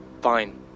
Fine